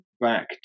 back